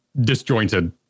disjointed